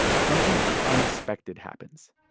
something unexpected happens